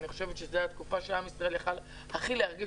אני חושבת שזו התקופה שעם ישראל יכול היה הכי להרגיש